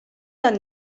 dawn